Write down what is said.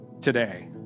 today